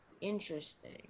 Interesting